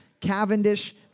cavendish